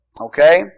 Okay